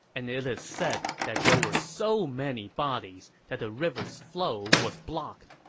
and it is said that there were so many bodies that the river's flow was blocked.